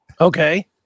Okay